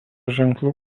ženklų